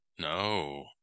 No